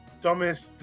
dumbest